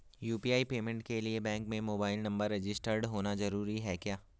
UPI payment के लिए bank में मोबाइल नंबर रजिस्टर्ड होना जरूरी है क्या?